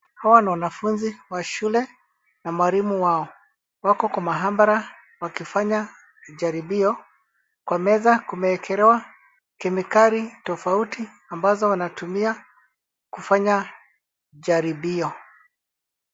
Hawa ni wanafunzi wa shule na mwalimu wao. Wako kwenye maabara wakifanya jaribio. Kwa meza kumewekelewa kemikali tofauti ambazo wanatumia kufanya jaribio.